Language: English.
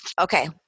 Okay